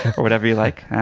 or whatever you like.